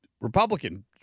Republican